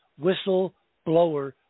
whistleblower